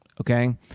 okay